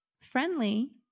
friendly